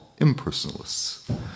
impersonalists